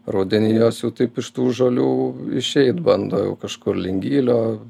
rudenį jos jau taip iš tų žolių išeit bando jau kažkur link gylio